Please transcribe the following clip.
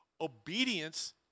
obedience